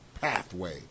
pathway